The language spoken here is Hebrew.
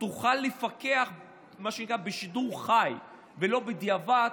תוכל לפקח מה שנקרא "בשידור חי" ולא בדיעבד,